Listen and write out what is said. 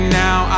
now